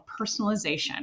personalization